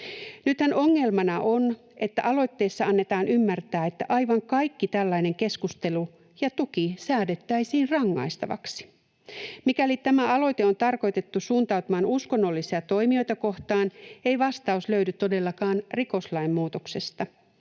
Nythän ongelmana on, että aloitteessa annetaan ymmärtää, että aivan kaikki tällainen keskustelu ja tuki säädettäisiin rangaistavaksi. Mikäli tämä aloite on tarkoitettu suuntautumaan uskonnollisia toimijoita kohtaan, ei vastaus löydy todellakaan rikoslain muutoksesta.